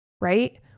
Right